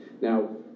Now